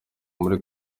muri